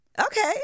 Okay